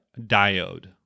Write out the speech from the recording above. diode